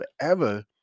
forever